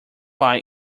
pie